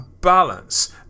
balance